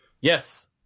Yes